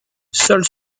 seuls